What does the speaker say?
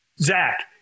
Zach